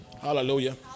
Hallelujah